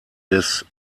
des